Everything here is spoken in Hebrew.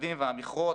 המחצבים והמכרות,